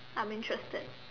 I'm interested